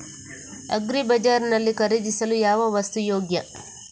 Agri Bazaar ನಲ್ಲಿ ಖರೀದಿಸಲು ಯಾವ ವಸ್ತು ಯೋಗ್ಯ?